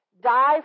Die